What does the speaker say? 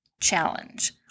challenge